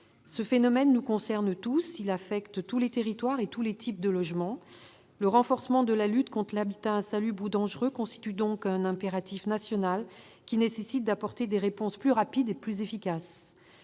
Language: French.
Ce phénomène nous concerne tous. Il affecte tous les territoires et tous les types de logements. Le renforcement de la lutte contre l'habitat insalubre ou dangereux constitue donc un impératif national et exige que l'on puisse apporter des réponses plus rapides et plus efficaces.